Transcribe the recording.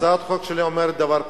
הצעת החוק שלי אומרת דבר פשוט.